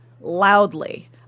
loudly